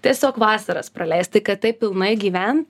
tiesiog vasaras praleist tai kad taip pilnai gyvent